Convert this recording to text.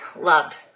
loved